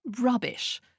rubbish